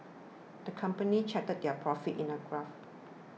the company charted their profits in a graph